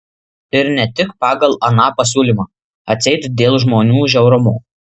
ir ne tik pagal aną pasiūlymą atseit dėl žmonių žiaurumo